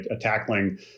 tackling